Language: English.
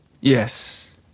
Yes